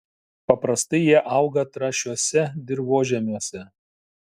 paprastai jie auga trąšiuose dirvožemiuose